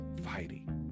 fighting